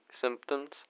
symptoms